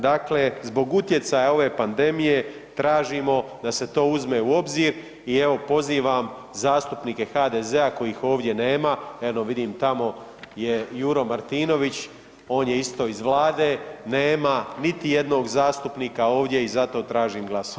Dakle, zbog utjecaja ove pandemije tražimo da se to uzme u obzir i evo pozivam zastupnike HDZ-a kojih ovdje nema, eno vidim tamo je Juro Martinović, on je isto iz Vlade, nema niti jednog zastupnika ovdje i zato tražim glasovanje.